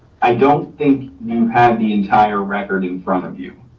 i don't think you had the entire record in front of you,